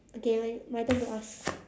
okay my my turn to ask